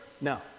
No